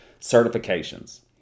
Certifications